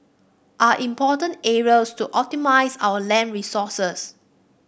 are important areas to optimise our land resources